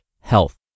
health